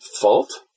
fault